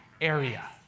area